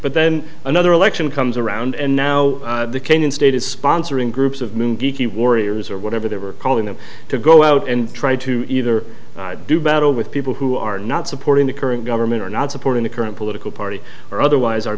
but then another election comes around and now the kenyan state is sponsoring groups of men geeky warriors or whatever they were calling them to go out and try to either do battle with people who are not supporting the current government or not supporting the current political party or otherwise are